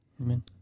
Amen